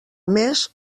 més